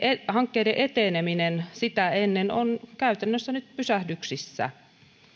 hankkeiden eteneminen sitä ennen on käytännössä nyt pysähdyksissä